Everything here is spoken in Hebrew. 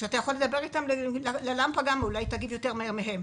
ואתה יכול לדבר גם ללמפה והיא אולי תגיב יותר מהר מהם,